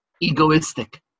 egoistic